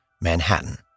Manhattan